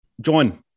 John